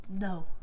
No